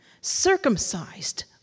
circumcised